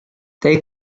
they